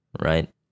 right